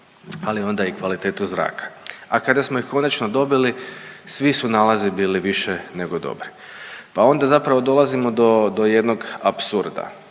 ali onda i kvalitetu zraka, a kada smo ih konačno dobili svi su nalazi bili više nego dobri. Pa onda zapravo dolazimo do, do jednog apsurda.